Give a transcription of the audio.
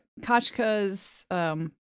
Kachka's